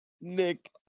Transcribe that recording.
nick